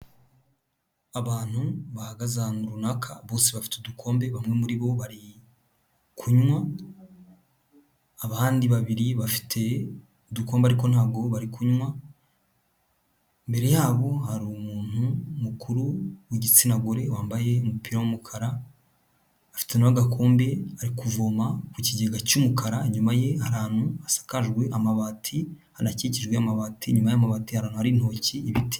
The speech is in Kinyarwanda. Abantu bahagaze ahantu runaka bose bafite udukombe, bamwe muri bo bari kunywa, abandi babiri bafite udukombe ariko ntabwo bari kunywa, imbere yabo hari umuntu mukuru w'igitsina gore, wambaye umupira w'umukara afite na we agakombe ari kuvoma ku kigega cy'umukara, inyuma ye hari ahantu hasakajwe amabati, hanakikijwe amabati, inyuma y'amabati hari ahantu hari intoki, ibiti.